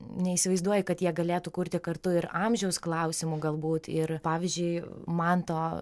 neįsivaizduoju kad jie galėtų kurti kartu ir amžiaus klausimu galbūt ir pavyzdžiui manto